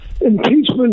impeachment